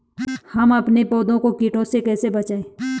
हम अपने पौधों को कीटों से कैसे बचाएं?